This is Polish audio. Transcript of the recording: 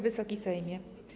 Wysoki Sejmie!